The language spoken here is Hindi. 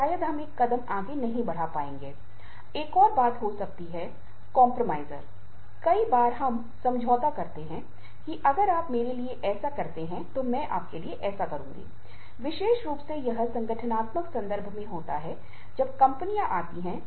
और अगर संगठन के लिए एक संकेत है कि कर्मचारियों को जोर दिया जाता है कि वे थका हुआ महसूस कर रहे हैं तो उस स्थिति में वे काम संतुलन की तलाश में हैं